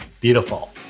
beautiful